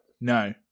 No